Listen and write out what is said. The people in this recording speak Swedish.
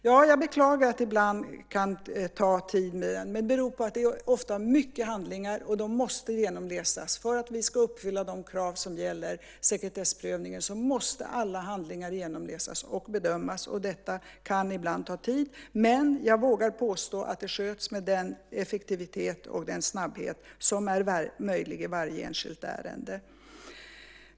Ja, jag beklagar att det ibland kan ta tid, men det beror på att det ofta är många handlingar, och de måste genomläsas. För att uppfylla de krav som gäller sekretessprövningen måste alla handlingar genomläsas och bedömas. Detta kan ibland ta tid, men jag vågar påstå att det sköts med den effektivitet och den snabbhet som är möjlig i varje enskilt ärende.